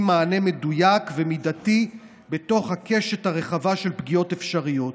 מענה מדויק ומידתי בתוך הקשת הרחבה של פגיעות אפשריות.